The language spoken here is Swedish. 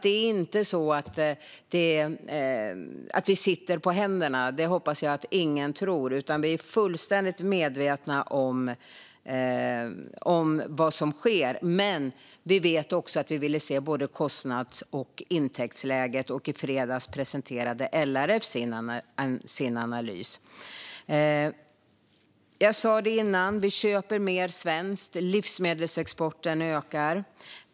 Det är alltså inte så att vi sitter på händerna. Det hoppas jag inte att någon tror att vi gör. Vi är fullständigt medvetna om vad som sker. Men vi vet också att vi ville se både kostnads och intäktsläget, och i fredags presenterade LRF sin analys. Jag sa det innan: Vi köper mer svenskt. Livsmedelsexporten ökar.